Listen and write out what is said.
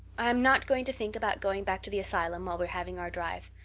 i am not going to think about going back to the asylum while we're having our drive.